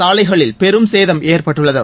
சாலைகளில் பெரும்சேதம் ஏற்பட்டுள்ளது